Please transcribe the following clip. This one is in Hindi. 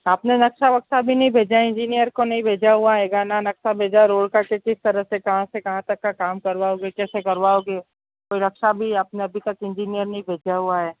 आपने नक्शा वक्शा भी नहीं भेजा इंजिनियर को नहीं भेजा हुआ हेगा ना नक्शा भेजा और वो किसी तरह से कहाँ से कहाँ तक का काम करवाओगे कैसे करवाओगे कोई नक्शा भी आपने अभी तक इंजिनियर नहीं भेजा हुआ है